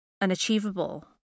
unachievable